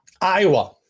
Iowa